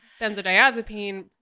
benzodiazepine